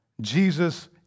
Jesus